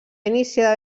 iniciar